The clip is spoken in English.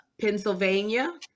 Pennsylvania